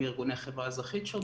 עם ארגוני החברה האזרחית השונים,